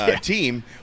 team